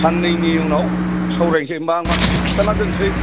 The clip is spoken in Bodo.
साननैनि उनाव सावरायसै होनबा आं माखासेखौ खिथाना दोनसै